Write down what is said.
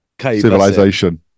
civilization